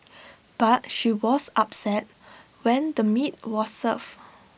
but she was upset when the meat was served